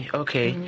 okay